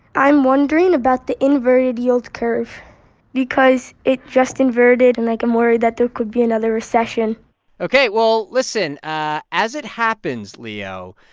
i'm wondering about the inverted yield curve because it just inverted, and, like, i'm worried that there could be another recession ok. well, listen ah as it happens, leo,